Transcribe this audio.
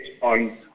on